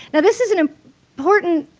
and this is an important